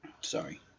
Sorry